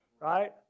right